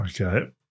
Okay